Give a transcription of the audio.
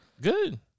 Good